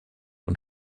und